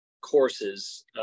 Courses